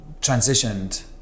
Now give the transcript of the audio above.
transitioned